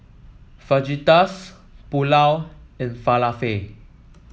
Fajitas Pulao and Falafel